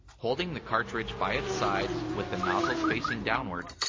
holding the cartridge by its sides with the nozzles facing downward,